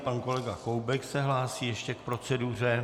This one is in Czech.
Pan kolega Koubek se hlásí ještě k proceduře.